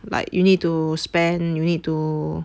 like you need to spend you need to